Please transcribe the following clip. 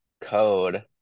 code